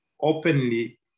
openly